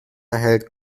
erhält